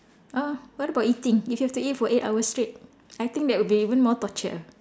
uh what about eating if you have to eat for eight hours straight I think that would be even more torture